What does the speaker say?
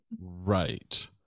right